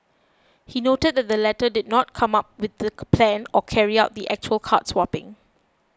he noted that the latter two did not come up with the plan or carry out the actual card swapping